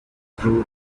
threw